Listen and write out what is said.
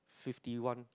fifty one